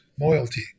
loyalty